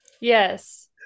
Yes